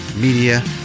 media